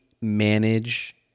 manage